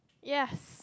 yes